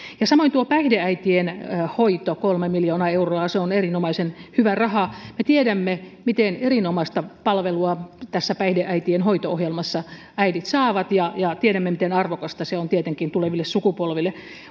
samoin tuo päihdeäitien hoito kolme miljoonaa euroa se on erinomaisen hyvä raha me tiedämme miten erinomaista palvelua tässä päihdeäitien hoito ohjelmassa äidit saavat ja ja tiedämme miten arvokasta se on tietenkin tuleville sukupolville